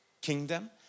kingdom